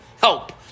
help